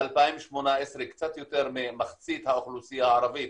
ב-2018 קצת יותר ממחצית האוכלוסייה הערבית,